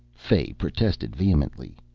fay protested vehemently.